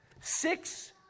Six